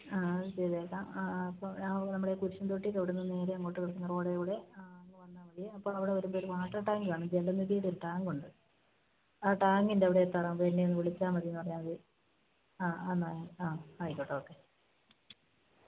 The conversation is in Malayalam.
ആ ചെയ്തേക്കാം ആ അപ്പം നമ്മളുടെ കുരിശുന്തൊട്ടിയുടെ അവിടെ നിന്ന് നേരെ അങ്ങോട്ട് കിടക്കുന്ന റോഡിൽ കൂടെ അങ്ങ് വന്നാൽ മതി അപ്പം അവിടെ വരുമ്പം ഒരു വാട്ടര് ടാങ്ക് കാണും ജലനിധിയുടെ ഒരു ടാങ്ക് ഉണ്ട് ആ ടാങ്കിന്റെ അവിടെ എത്താറാകുമ്പം എന്നെ ഒന്ന് വിളിച്ചാൽ മതിയെന്ന് പറഞ്ഞാൽ മതി ആ എന്നാൽ ആ ആ ആയിക്കോട്ടെ ഓക്കെ